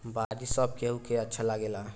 बारिश सब केहू के अच्छा लागेला